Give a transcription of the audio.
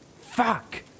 Fuck